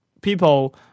people